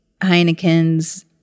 Heineken's